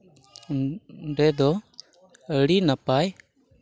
ᱚᱸᱰᱮ ᱫᱚ ᱟᱹᱰᱤ ᱱᱟᱯᱟᱭ